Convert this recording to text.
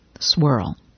swirl